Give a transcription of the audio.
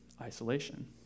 isolation